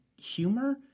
humor